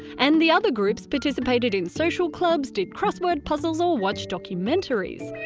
and the other groups participated in social clubs, did crossword puzzles or watched documentaries.